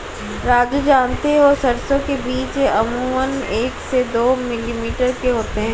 राजू जानते हो सरसों के बीज अमूमन एक से दो मिलीमीटर के होते हैं